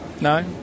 No